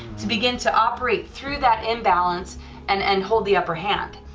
to begin to operate through that imbalance and and hold the upper hand.